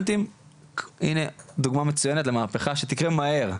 הנה דוגמא מצויינת למהפיכה שתקרה מהר.